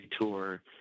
tour